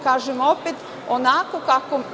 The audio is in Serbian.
Kažem opet, onako kako